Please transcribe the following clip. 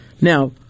Now